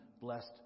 blessed